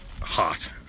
hot